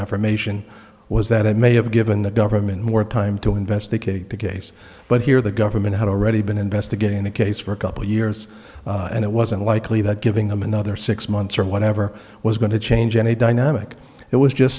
affirmation was that i may have given the government more time to investigate the case but here the government had already been investigating the case for a couple of years and it was unlikely that giving them another six months or whatever was going to change any dynamic it was just